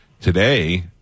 today